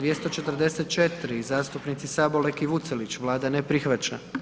244. zastupnici Sabolek i Vucelić, Vlada ne prihvaća.